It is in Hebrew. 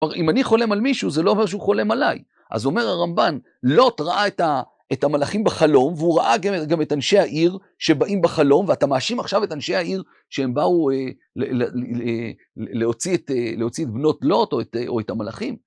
כלומר, אם אני חולם על מישהו, זה לא אומר שהוא חולם עליי. אז אומר הרמב"ן, לוט ראה את המלאכים בחלום, והוא ראה גם את אנשי העיר שבאים בחלום, ואתה מאשים עכשיו את אנשי העיר שהם באו להוציא את בנות לוט או את המלאכים?